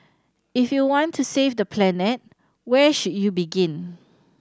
if you want to save the planet where should you begin